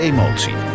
Emotie